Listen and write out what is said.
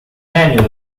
manual